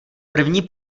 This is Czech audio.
první